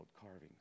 carvings